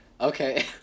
Okay